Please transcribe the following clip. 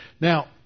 Now